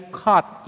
cut